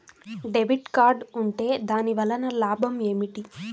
Debit card ఉంటే దాని వలన లాభం ఏమిటీ?